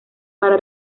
para